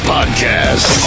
Podcast